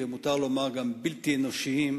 ומותר לומר שגם בלתי אנושיים,